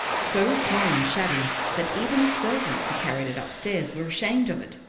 so small and shabby that even the servants who carried it upstairs were ashamed of it.